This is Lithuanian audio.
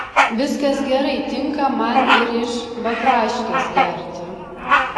viskas gerai tinka man ir iš baklaškės gerti